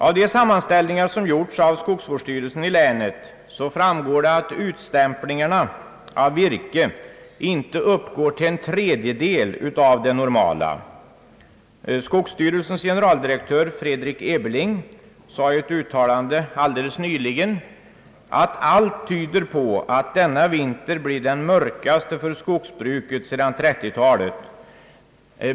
Av de sammanställningar som gjorts av skogsvårdsstyrelsen i länet framgår att årets utstämplingar av virke inte uppgår till en tredjedel av det normala. Skogsstyrelsens generaldirektör Fredrik Ebeling sade i ett uttalande nyligen att allt tyder på att denna vinter blir den mörkaste för skogsbruket sedan 1930-talet.